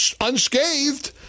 unscathed